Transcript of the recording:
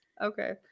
Okay